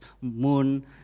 moon